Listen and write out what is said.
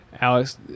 Alex